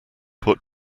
put